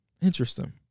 Interesting